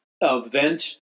Event